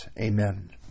Amen